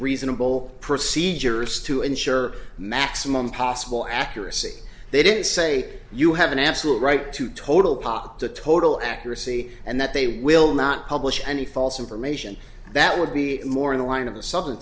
reasonable percy jurists to ensure maximum possible accuracy they didn't say you have an absolute right to total pot to total accuracy and that they will not publish any false information that would be more in the line of the southern